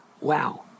wow